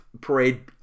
parade